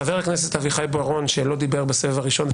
חבר הכנסת אביחי בוארון שלא דיבר בסבב הראשון,